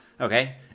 Okay